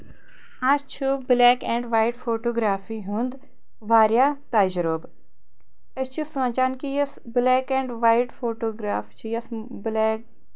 اَسہِ چھُ black and white photography ہُنٛد واریاہ تجربہٕ أسۍ چھِ سونٛچان کہِ یُس بلیک اینٛڈ وایٹ فوٹوگراف چھُ یۄس بلیک